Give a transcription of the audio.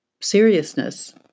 seriousness